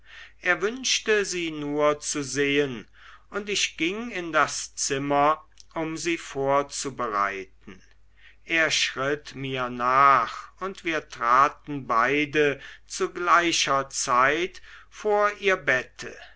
er wünschte sie nur zu sehen und ich ging in das zimmer um sie vorzubereiten er schritt mir nach und wir traten beide zu gleicher zeit vor ihr bette